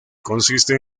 consiste